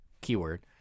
keyword